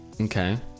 okay